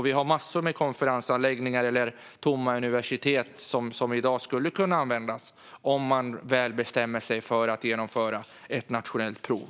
Vi har massor av konferensanläggningar och tomma universitetslokaler som i dag skulle kunna användas om man väl bestämmer sig för att genomföra ett nationellt prov.